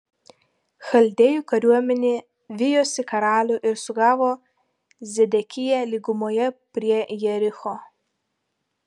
chaldėjų kariuomenė vijosi karalių ir sugavo zedekiją lygumoje prie jericho